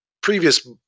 previous